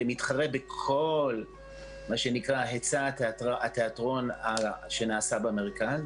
ומתחרה בכל מה שנקרא היצע התיאטרון שנעשה במרכז,